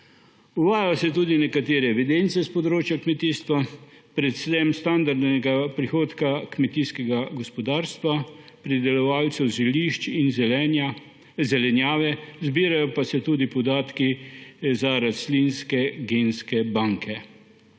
Uvajajo se tudi nekatere evidence s področja kmetijstva, predvsem standardnega prihodka kmetijskega gospodarstva, pridelovalcev zelišč in zelenjave, zbirajo pa se tudi podatki za rastlinske genske banke.